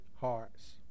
hearts